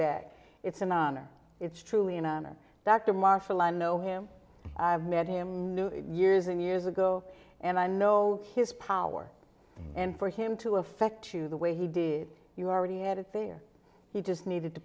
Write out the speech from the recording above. bag it's an honor it's truly an honor dr marshall i know him i met him years and years ago and i know his power and for him to effect to the way he did you already had it there he just needed to